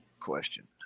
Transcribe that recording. question